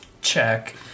check